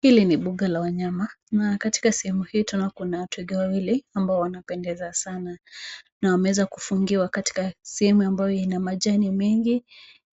Hili ni mbuga la wanyama na katika sehemu hii tunaona kuna twiga wawili ambao wanapendeza sana na wameweza kufungiwa katika sehemu ambayo ina majani mengi